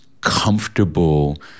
comfortable